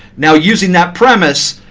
now using that premise,